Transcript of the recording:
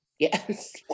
Yes